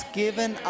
given